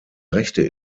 rechte